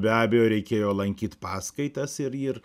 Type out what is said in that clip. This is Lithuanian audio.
be abejo reikėjo lankyt paskaitas ir ir